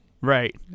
Right